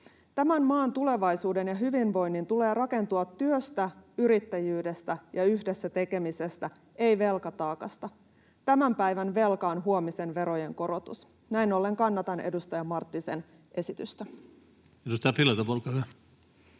Tämän maan tulevaisuuden ja hyvinvoinnin tulee rakentua työstä, yrittäjyydestä ja yhdessä tekemisestä, ei velkataakasta. Tämän päivän velka on huomisen verojen korotus. Näin ollen kannatan edustaja Marttisen esitystä. [Speech 124] Speaker: